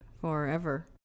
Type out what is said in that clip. forever